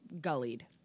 gullied